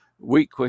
weak